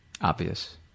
obvious